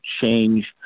change